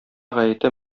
гаете